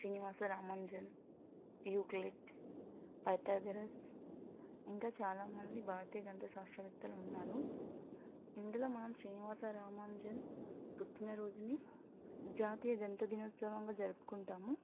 Srinivasa Ramanujan Euclid Pythagoras ఇంకా చాలామంది భారతీయ గణిత శాస్త్రవేత్తలు ఉన్నారు ఇందులో మనం శ్రీనివాస రామానుజన్ పుట్టినరోజుని జాతీయ గణిత దినోత్సవంగా జరుపుకుంటాము